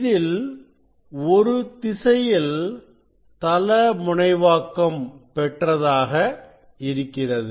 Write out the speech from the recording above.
இதில் ஒரு திசையில் தளமுனைவாக்கம் பெற்றதாக இருக்கிறது